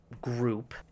group